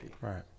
Right